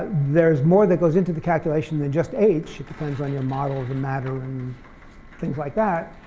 there is more that goes into the calculation then just h. it depends on your model, the matter, and things like that.